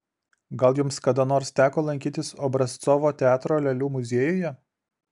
gal jums kada nors teko lankytis obrazcovo teatro lėlių muziejuje